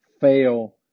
fail